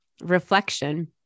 reflection